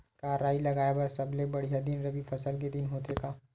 का राई लगाय बर सबले बढ़िया दिन रबी फसल के दिन होथे का?